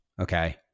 Okay